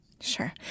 Sure